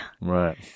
Right